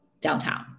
downtown